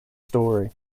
story